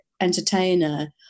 entertainer